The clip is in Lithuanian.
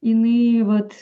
jinai vat